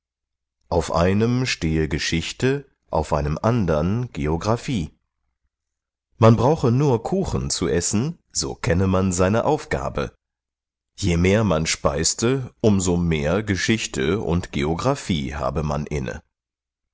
auf einem stehe geschichte auf einem andern geographie man brauche nur kuchen zu essen so kenne man seine aufgabe je mehr man speise um so mehr geschichte und geographie habe man inne